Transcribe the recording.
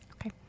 Okay